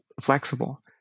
flexible